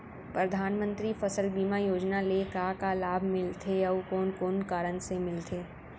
परधानमंतरी फसल बीमा योजना ले का का लाभ मिलथे अऊ कोन कोन कारण से मिलथे?